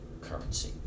currency